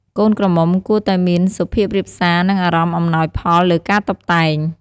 កូនក្រមុំគួរតែមានសុភាពរាបសារ និងអារម្មណ៍អំណោយផលលើការតុបតែង។